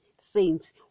saints